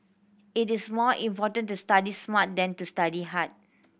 it is more important to study smart than to study hard